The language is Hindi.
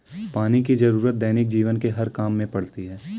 पानी की जरुरत दैनिक जीवन के हर काम में पड़ती है